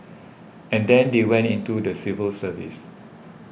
and then they went into the civil service